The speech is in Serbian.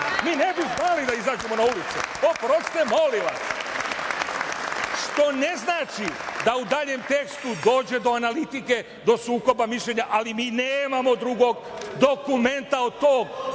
mi ne bi znali da izađemo na ulice, oprostite, molim vas, što ne znači da u daljem tekstu ne dođe do analitike, do sukoba mišljenja, ali mi nemamo drugog dokumenta od tog,